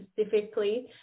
specifically